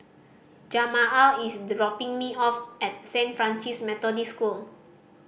Jamaal is the dropping me off at Saint Francis Methodist School